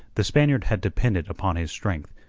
the spaniard had depended upon his strength,